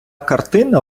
картина